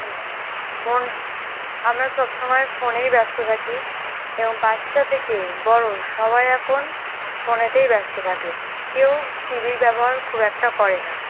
phone আমরা সব সময় ফোনেই ব্যস্ত থাকি এবং বাচ্চা থেকে বড়ো সবাই এখন ফোনেতেই ব্যস্ত থাকে কেউ টিভির ব্যবহার খুব একটা করে না